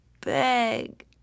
beg